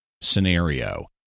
scenario